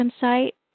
site